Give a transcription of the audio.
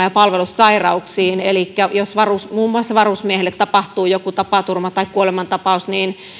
ja palvelussairauksiin jos muun muassa varusmiehelle tapahtuu jokin tapaturma tai kuolemantapaus niin